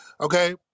Okay